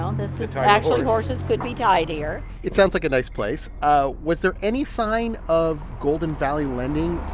um this is actually, horses could be tied here it sounds like a nice place. ah was there any sign of golden valley lending?